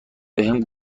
بهم